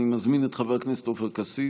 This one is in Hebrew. אני מזמין את חבר הכנסת עופר כסיף,